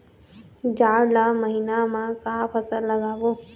जाड़ ला महीना म का फसल लगाबो?